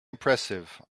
impressive